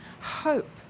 hope